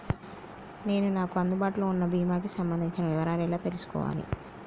నేను నాకు అందుబాటులో ఉన్న బీమా కి సంబంధించిన వివరాలు ఎలా తెలుసుకోవాలి?